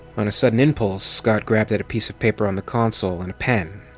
on a sudden impulse, scott grabbed at a piece of paper on the console and a pen.